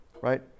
Right